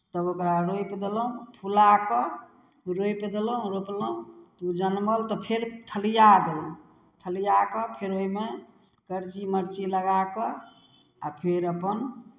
तब ओकरा रोपि देलहुँ फुला कऽ रोपि देलहुँ रोपलहुँ तऽ ओ जनमल तऽ फेर थलिआ देलहुँ थलिआ कऽ फेर ओहिमे करची मरची लगा कऽ आ फेर अपन